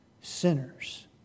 sinners